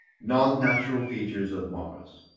non-natural features of mars.